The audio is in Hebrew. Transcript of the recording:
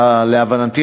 להבנתי,